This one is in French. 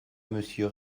monsieur